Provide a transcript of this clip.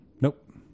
nope